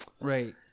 right